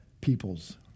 peoples